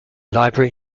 library